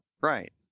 Right